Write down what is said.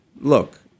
look